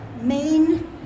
main